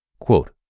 Quote